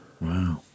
Wow